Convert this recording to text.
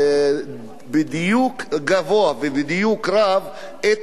בדיוק גבוה, בדיוק רב, את נוכחות המחלה,